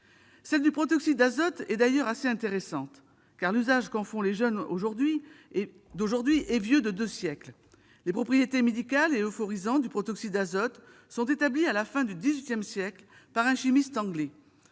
du protoxyde d'azote est d'ailleurs assez intéressante. En effet, l'usage qu'en font les jeunes d'aujourd'hui est vieux de deux siècles. Les propriétés médicales et euphorisantes du protoxyde d'azote sont établies à la fin du XVIII siècle par un chimiste anglais.